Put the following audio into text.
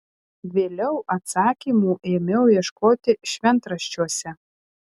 vėliau atsakymų ėmiau ieškoti šventraščiuose